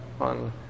on